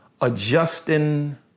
adjusting